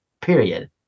period